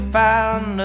found